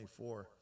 24